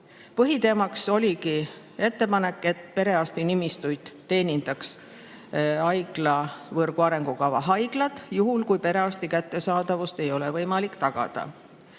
Põhiteemaks oligi ettepanek, et perearstinimistuid teenindaks haiglavõrgu arengukava haiglad, juhul kui perearsti kättesaadavust ei ole võimalik tagada.